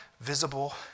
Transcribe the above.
visible